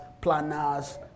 planners